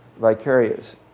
vicarious